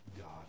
God